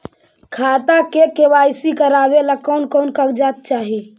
खाता के के.वाई.सी करावेला कौन कौन कागजात चाही?